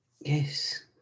Yes